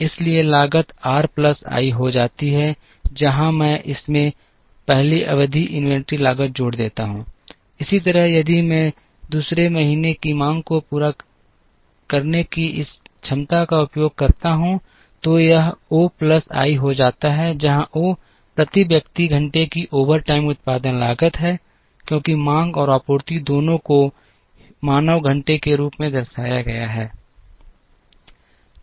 इसलिए लागत r plus i हो जाती है जहां मैं इसमें 1 अवधि इन्वेंट्री लागत जोड़ देता हूं इसी तरह यदि मैं 2 महीने की मांग को पूरा करने के लिए इस क्षमता का उपयोग करता हूं तो यह O प्लस i हो जाता है जहां O प्रति व्यक्ति घंटे की ओवरटाइम उत्पादन लागत है क्योंकि मांग और आपूर्ति दोनों को मानव घंटे के रूप में दर्शाया गया है